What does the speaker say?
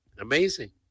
Amazing